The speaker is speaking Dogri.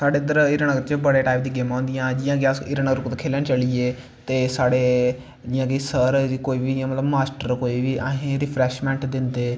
साढ़ै इद्धर हीरानगर बड़ी किस्म दियां गेमां होंदियां जियां कि अस हीरानगर कुतै खेलन चली गे ते साढ़े सर जियां कि कोई बी मास्टर असें रिफ्रैशमैंट दिंदे